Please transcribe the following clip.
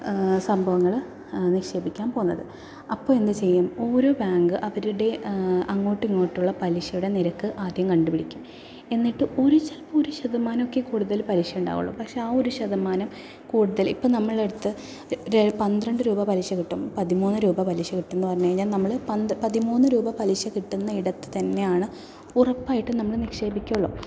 സംഭവങ്ങൾ നിക്ഷേപിക്കാൻ പോകുന്നത് അപ്പോൾ എന്തു ചെയ്യും ഓരോ ബാങ്ക് അവരുടെ അങ്ങോട്ടും ഇങ്ങോട്ടുമുള്ള പലിശയുടെ നിരക്ക് ആദ്യം കണ്ടുപിടിക്കും എന്നിട്ട് ഒരു ശത ഒരു ശതമാനമൊക്കെ കൂടുതൽ പലിശ ഉണ്ടാകുകയുള്ളൂ പക്ഷെ ആ ഒരു ശതമാനം കൂടുതൽ ഇപ്പോൾ നമ്മളെടുത്തു പന്ത്രണ്ട് രൂപ പലിശ കിട്ടും പതിമൂന്ന് രൂപ പലിശ കിട്ടുമെന്ന് പറഞ്ഞുകഴിഞ്ഞാൽ നമ്മൾ പതിമൂന്ന് രൂപ പലിശ കിട്ടുന്ന ഇടത്ത് തന്നെയാണ് ഉറപ്പായിട്ടും നമ്മൾ നിക്ഷേപിക്കുകയുള്ളൂ